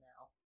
now